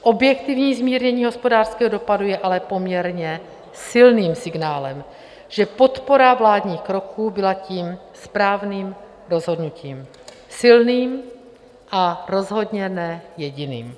Objektivní zmírnění hospodářského dopadu je ale poměrně silným signálem, že podpora vládních kroků byla tím správným rozhodnutím, silným a rozhodně ne jediným.